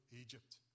Egypt